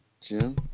Jim